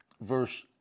verse